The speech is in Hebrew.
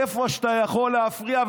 איפה שאתה יכול להפריע,